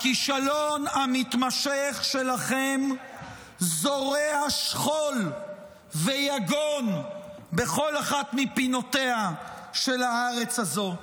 הכישלון המתמשך שלכם זורע שכול ויגון בכל אחת מפינותיה של הארץ הזו,